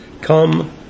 come